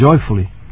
joyfully